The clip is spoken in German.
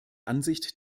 ansicht